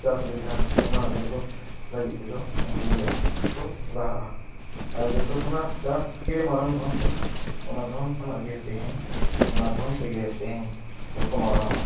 ᱪᱟᱥ ᱞᱮᱠᱷᱟᱱ ᱚᱱᱟ ᱰᱮᱵᱷᱞᱚᱯ ᱞᱟᱹᱜᱤᱫ ᱛᱮᱫᱚ ᱩᱱᱠᱩ ᱜᱮᱠᱚ ᱞᱟᱦᱟᱜᱼᱟ ᱟᱨ ᱡᱚᱛᱚ ᱠᱷᱚᱱᱟᱜ ᱪᱟᱥᱜᱮ ᱢᱟᱨᱟᱝ ᱫᱷᱚᱱ ᱠᱟᱱᱟ ᱚᱱᱟ ᱫᱷᱚᱱ ᱠᱷᱚᱱᱟᱜᱼᱜᱮ ᱛᱮᱦᱮᱧ ᱚᱱᱟ ᱫᱷᱚᱱ ᱛᱮᱜᱮ ᱛᱮᱦᱧ ᱦᱚᱲ ᱠᱚ ᱢᱟᱨᱟᱝᱼᱚᱜᱼᱟ